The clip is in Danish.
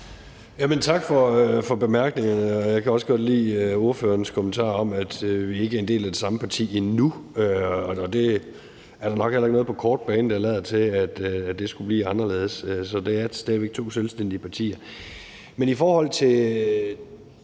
Tak for bemærkningerne. Jeg kan også godt lide ordførerens kommentar om, at vi ikke er en del af det samme parti endnu. Det er der nok heller ikke på den korte bane noget der lader til skulle blive anderledes. Så det er stadig væk to selvstændige partier.